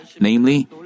Namely